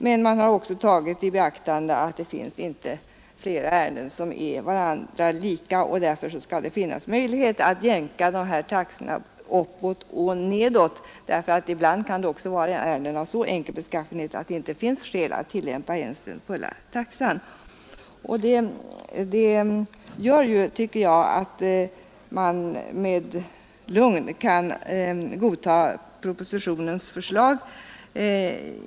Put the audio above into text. Man har emellertid också tagit i beaktande att det inte finns flera ärenden som är varandra lika, därför skall det finnas möjlighet att jämka taxorna uppåt och nedåt. Ibland kan det röra sig om ärenden av så enkel beskaffenhet att det inte finns skäl att tillämpa ens den fulla taxan. Det gör, tycker jag, att man med lugn kan godta propositionens förslag.